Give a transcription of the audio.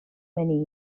many